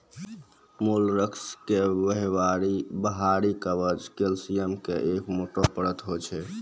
mollusc के बाहरी कवच कैल्सियम के एक मोटो परत होय छै